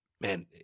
man